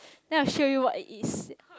then I will show you what it is